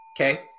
Okay